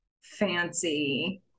fancy